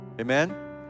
Amen